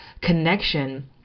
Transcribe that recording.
connection